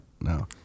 No